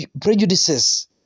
prejudices